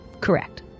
Correct